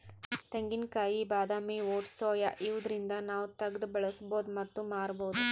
ತೆಂಗಿನಕಾಯಿ ಬಾದಾಮಿ oats soya ಇವ್ದರಿಂದ್ ನಾವ್ ತಗ್ದ್ ಬಳಸ್ಬಹುದ್ ಮತ್ತ್ ಮಾರ್ಬಹುದ್